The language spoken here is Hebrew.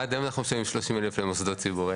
עד היום אנחנו משלמים 30,000 למוסדות ציבוריים.